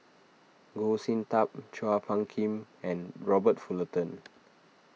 Goh Sin Tub Chua Phung Kim and Robert Fullerton